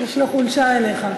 יש לו חולשה אליך.